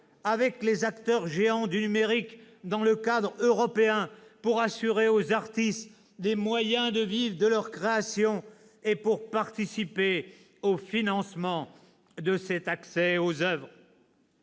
avec les acteurs géants du numérique dans le cadre européen pour assurer aux artistes les moyens de vivre de leur création et pour participer au financement de cet accès aux oeuvres.